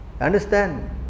Understand